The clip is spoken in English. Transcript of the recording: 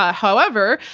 ah however,